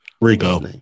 Rico